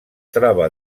troba